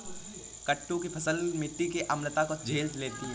कुट्टू की फसल मिट्टी की अम्लता को झेल लेती है